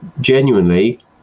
genuinely